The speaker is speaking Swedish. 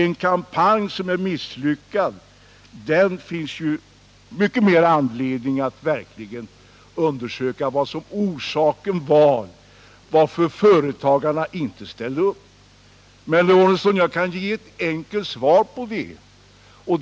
Det finns all anledning att efter en misslyckad kampanj verkligen undersöka orsaken till att företagarna inte velat deltaga i densamma. Jag kan, herr Lorentzon, ge ett enkelt svar på den frågan.